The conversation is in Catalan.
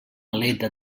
aleta